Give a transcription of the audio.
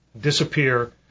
disappear